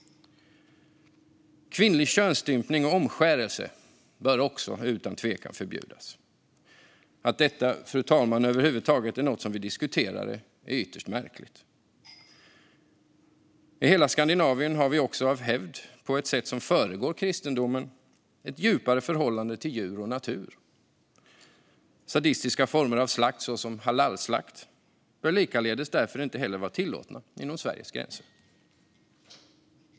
Kvinnlig könsstympning och omskärelse bör också utan tvekan förbjudas. Att detta, fru talman, över huvud taget är något som vi diskuterar är ytterst märkligt. I hela Skandinavien har vi också av hävd, på ett sätt som föregår kristendomen, ett djupare förhållande till djur och natur. Sadistiska former av slakt, såsom halalslakt, bör likaledes därför inte heller vara tillåtna inom Sveriges gränser.